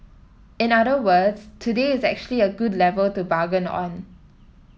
in other words today is actually a good level to bargain on